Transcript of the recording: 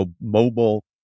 mobile